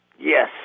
Yes